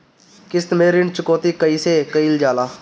किश्त में ऋण चुकौती कईसे करल जाला?